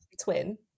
twin